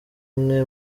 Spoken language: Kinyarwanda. mwe